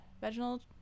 vaginal